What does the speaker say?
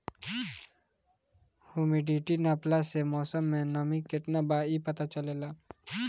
humidity नापला से मौसम में नमी केतना बा इ पता चलेला